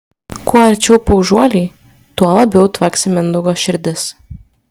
kuo arčiau paužuoliai tuo labiau tvaksi mindaugo širdis